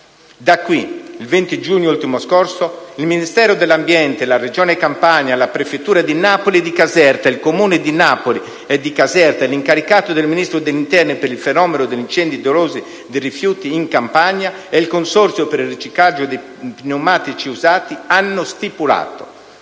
Da qui, lo scorso 20 giugno il Ministero dell'ambiente, la Regione Campania, la prefettura di Napoli e di Caserta, il Comune di Napoli e di Caserta, l'incaricato dal Ministro dell'interno per il fenomeno degli incendi dolosi di rifiuti in Campania e il consorzio per il riciclaggio dei pneumatici usati hanno stipulato